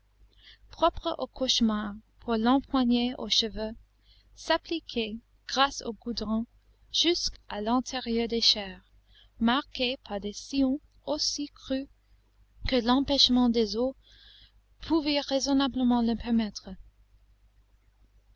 propres au cauchemar pour l'empoigner aux cheveux s'appliquaient grâce au goudron jusqu'à l'intérieur des chairs marquées par des sillons aussi creux que l'empêchement des os pouvait raisonnablement le permettre